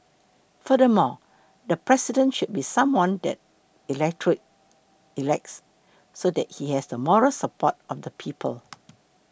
furthermore the President should be someone that the electorate elects so that he has the moral support of the people